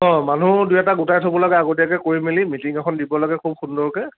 অঁ মানুহো দুই এটা গোটাই থ'ব লাগ আগতীয়াকৈ কৰি মেলি মিটিং এখন দিব লাগে খুব সুন্দৰকৈ